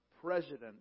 president